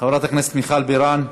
חברת הכנסת מיכל בירן,